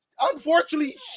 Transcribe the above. unfortunately